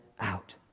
out